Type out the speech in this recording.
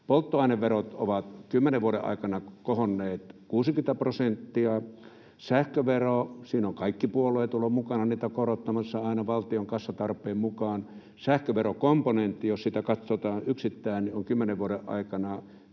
polttoaineverot ovat 10 vuoden aikana kohonneet 60 prosenttia, sähköveroa ovat kaikki puolueet olleet mukana korottamassa aina valtion kassatarpeen mukaan, sähköverokomponentti, jos sitä katsotaan yksittäin, on 10 vuoden aikana